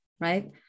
right